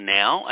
now